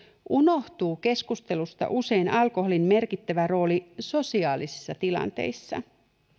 unohtuu keskustelusta usein alkoholin merkittävä rooli sosiaalisissa tilanteissa